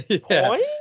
Point